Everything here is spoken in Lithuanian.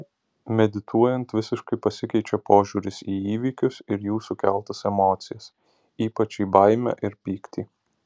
medituojant visiškai pasikeičia požiūris į įvykius ir jų sukeltas emocijas ypač į baimę ir pyktį